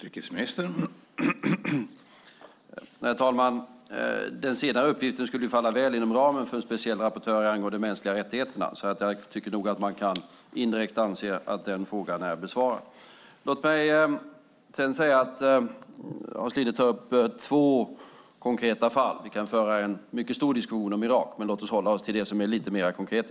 Herr talman! Den senare uppgiften skulle falla väl inom ramen för en speciell rapportör angående mänskliga rättigheter, så jag tycker nog att man kan anse att den frågan indirekt är besvarad. Hans Linde tar upp två konkreta fall. Vi kan föra en mycket stor diskussion om Irak, men låt oss hålla oss till det som är lite mer konkret.